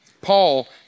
Paul